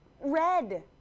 red